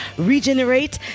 Regenerate